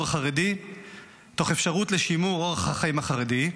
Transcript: החרדי מתוך אפשרות לשימור אורח החיים החרדי,